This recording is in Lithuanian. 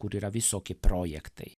kur yra visokie projektai